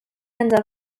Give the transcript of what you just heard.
end